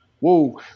Whoa